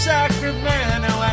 Sacramento